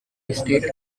estate